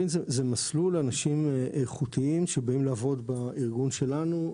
שזה מסלול לאנשים איכותיים שבאים לעבוד בארגון שלנו,